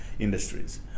industries